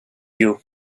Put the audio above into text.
you